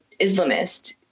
Islamist